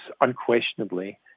unquestionably